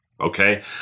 okay